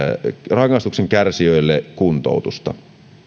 rangaistuksen kärsijöille kuntoutusta